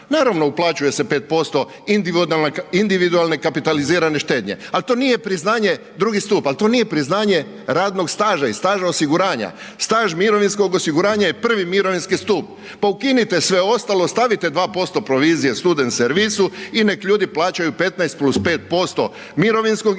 Naravno, uplaćuje se 5% individualne kapitalizirane štednje ali to nije priznanje, II. stup, ali to nije priznanje radnog staža i staža osiguranja. Staž mirovinskog osiguranja je I. mirovinski stup. Pa ukinite sve ostalo, stavite 2% provizije student servisu i nek ljudi plaćaju 15+5% mirovinskog i